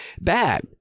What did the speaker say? bad